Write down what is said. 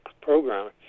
program